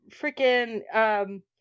freaking